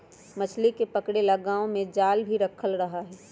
मछली के पकड़े ला गांव में जाल भी रखल रहा हई